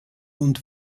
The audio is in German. und